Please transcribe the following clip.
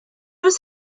was